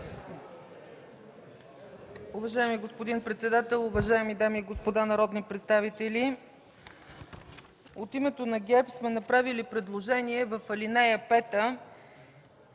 Уважаеми господин председател, уважаеми дами и господа народни представители! От името на ГЕРБ сме направили предложение в ал. 5,